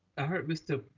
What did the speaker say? i heard mr.